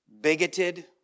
bigoted